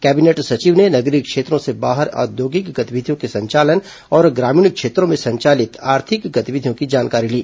cabinet सचिव ने नगरीय क्षेत्रों से बाहर औद्योगिक गतिविधियों के संचालन और ग्रामीण क्षेत्रों में संचालित आर्थिक गतिविधियों की जानकारी ली